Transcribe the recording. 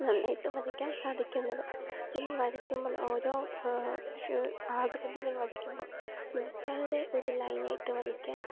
നന്നായിട്ട് വരയ്ക്കാൻ സാധിക്കുന്നത് പിന്നെ വരക്കുമ്പോൾ ഓരോ അക്ര്യതികൾ വരയ്ക്കുമ്പോൾ നിർത്താതെ ഒരു ലൈനായിട്ട് വരയ്ക്കാൻ